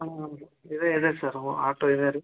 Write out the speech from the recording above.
ಹಾಂ ಹೌದು ಇದೆ ಇದೆ ಸರ್ ವ ಆಟೋ ಇದೆ ರಿ